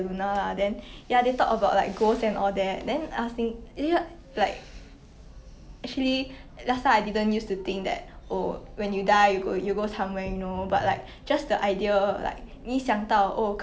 比较 comforting ya true